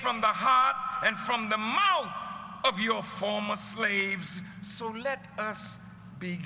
from the heart and from the mouths of your former slaves so let us begin